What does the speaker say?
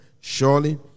surely